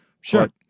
Sure